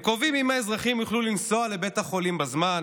הם קובעים אם האזרחים יוכלו לנסוע לבית החולים בזמן,